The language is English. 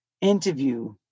interview